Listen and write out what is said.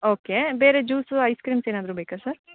okay ಬೇರೆ juice ice creams ಏನಾದರು ಬೇಕಾ ಸರ್